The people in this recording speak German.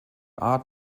art